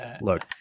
Look